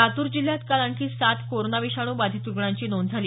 लातूर जिल्ह्यात काल आणखी सात कोरोना विषाणू बाधित रुग्णांची नोंद झाली